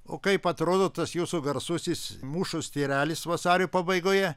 o kaip atrodo tas jūsų garsusis mūšos tyrelis vasario pabaigoje